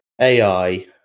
AI